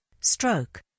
stroke